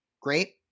great